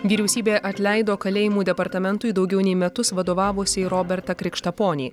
vyriausybė atleido kalėjimų departamentui daugiau nei metus vadovavusį robertą krikštaponį